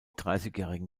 dreißigjährigen